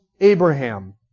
Abraham